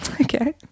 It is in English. Okay